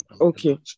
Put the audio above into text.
Okay